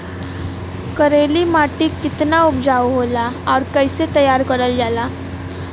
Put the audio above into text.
करेली माटी कितना उपजाऊ होला और कैसे तैयार करल जाला?